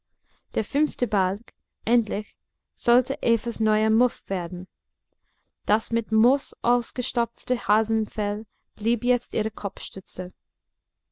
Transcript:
der fünfte balg endlich sollte evas neuer muff werden das mit moos ausgestopfte hasenfell blieb jetzt ihre